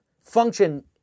function